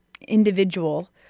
individual